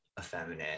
effeminate